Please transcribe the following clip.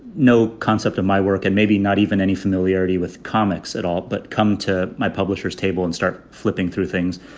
no concept of my work and maybe not even any familiarity with comics at all, but come to my publisher's table and start flipping through things.